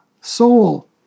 soul